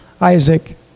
Isaac